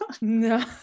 No